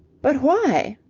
but why?